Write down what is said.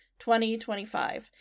2025